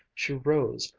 she rose,